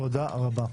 תודה רבה.